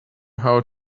how